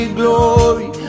glory